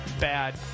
bad